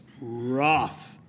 rough